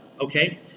okay